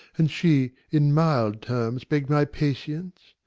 and she in mild terms begg'd my patience,